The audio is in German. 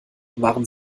waren